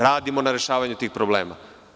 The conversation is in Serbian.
Radimo na rešavanju tih problema.